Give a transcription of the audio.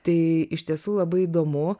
tai iš tiesų labai įdomu